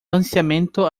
lanzamiento